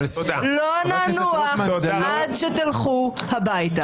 לא ננוח עד שתלכו הביתה.